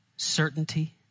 Certainty